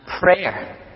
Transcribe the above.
prayer